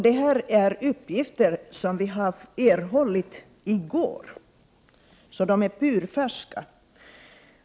Det här är uppgifter som vi har erhållit i går, så de är purfärska.